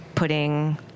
putting